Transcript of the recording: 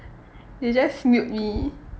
they just mute me